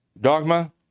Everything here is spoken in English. dogma